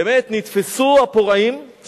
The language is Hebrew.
באמת נתפסו הפורעים,